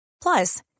Plus